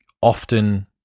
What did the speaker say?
often